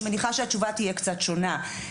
אני מניחה שהתשובה תהיה קצת שונה.